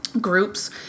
groups